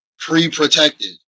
Pre-protected